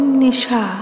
nisha